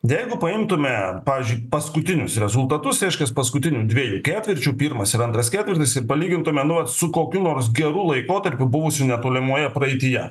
jeigu paimtume pavyzdžiui paskutinius rezultatus reiškias paskutinių dviejų ketvirčių pirmas ir antras ketvirtis ir palygintume nu vat su kokiu nors geru laikotarpiu buvusiu netolimoje praeityje